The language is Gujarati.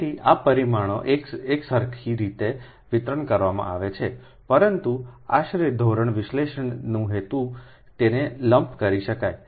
તેથી આ પરિમાણો એકસરખી રીતે વિતરણ કરવામાં આવે છે પરંતુ આશરે ધોરણે વિશ્લેષણના હેતુ માટે તેને લમ્પ કરી શકાય છે